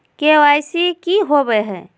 KYC की होबो है?